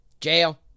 Jail